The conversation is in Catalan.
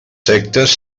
sectes